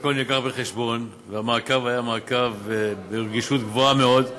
הכול הובא בחשבון והמעקב היה ברגישות גבוהה מאוד,